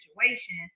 situation